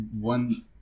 one